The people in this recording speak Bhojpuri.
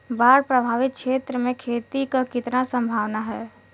बाढ़ प्रभावित क्षेत्र में खेती क कितना सम्भावना हैं?